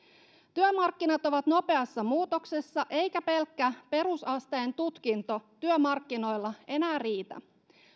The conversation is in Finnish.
työmarkkinat ovat nopeassa muutoksessa eikä pelkkä perusasteen tutkinto työmarkkinoilla enää riitä